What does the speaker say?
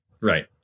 Right